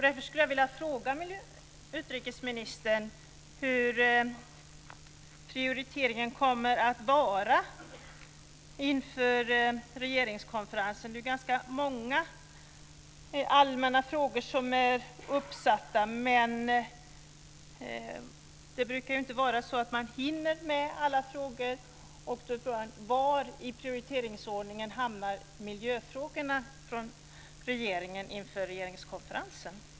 Därför skulle jag vilja fråga utrikesministern hur prioriteringen kommer att vara inför regeringskonferensen. Det är ju ganska många allmänna frågor som tas upp, men alla frågor brukar ju inte hinnas med. Då är frågan var i prioriteringsordningen regeringen placerar miljöfrågorna inför regeringskonferensen.